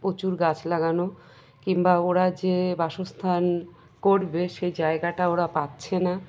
প্রচুর গাছ লাগানো কিংবা ওরা যে বাসস্থান করবে সেই জায়গাটা ওরা পাচ্ছে না